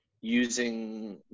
using